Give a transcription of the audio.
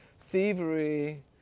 thievery